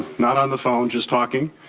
not on the phone, just talking.